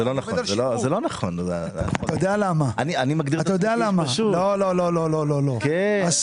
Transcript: מענק העבודה משולם שנה מאוחר יותר,